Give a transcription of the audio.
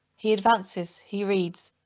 he advances, he reads,